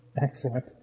Excellent